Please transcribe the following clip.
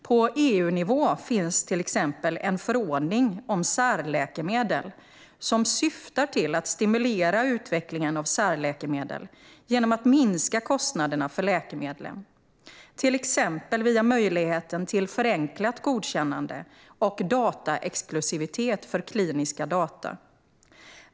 På EU-nivå finns till exempel en förordning om särläkemedel som syftar till att stimulera utvecklingen av särläkemedel genom att minska kostnaderna för läkemedlen, till exempel via möjligheten till förenklat godkännande och dataexklusivitet för kliniska data.